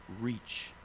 reach